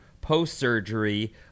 post-surgery